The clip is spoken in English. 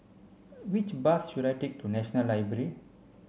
which bus should I take to National Library